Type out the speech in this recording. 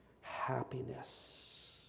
happiness